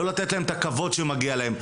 לא לתת להם את הכבוד שמגיע להם.